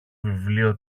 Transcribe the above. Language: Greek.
βιβλίο